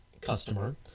customer